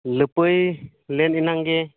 ᱞᱟᱹᱯᱟᱹᱭ ᱞᱮᱱ ᱮᱱᱟᱜᱮ